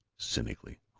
cynically.